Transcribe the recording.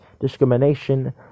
discrimination